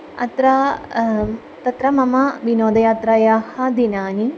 अत्र तत्र मम विनोदयात्रायाः दिनानि